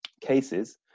cases